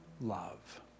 love